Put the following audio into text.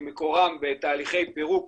שמקורן בתהליכי פירוק